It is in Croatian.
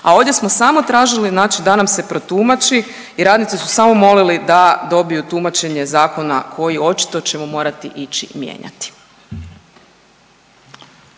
a ovdje smo samo tražili, znači da nam se protumači i radnici su samo molili da dobiju tumačenje zakona koji očito ćemo morati ići mijenjati.